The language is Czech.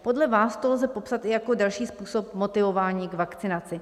Podle vás to lze popsat jako další způsob motivování k vakcinaci.